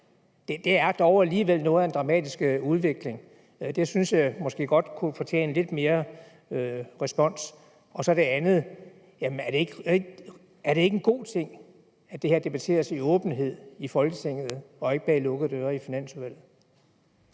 Det er dog alligevel noget af en dramatisk udvikling, og det synes jeg måske godt kunne fortjene lidt mere respons. Det andet er, om ikke det er en god ting, at det her debatteres i åbenhed i Folketinget og ikke bag lukkede døre i Finansudvalget?